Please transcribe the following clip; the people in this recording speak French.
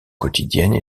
quotidienne